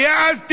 היה אז תירוץ.